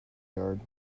yards